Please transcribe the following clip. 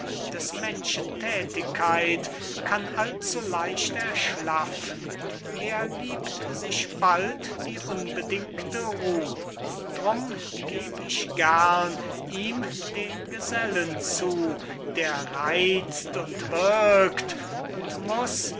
des menschen thätigkeit kann allzuleicht erschlaffen er liebt sich bald die unbedingte ruh drum geb ich gern ihm den gesellen zu der reizt und wirkt und muß